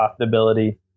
profitability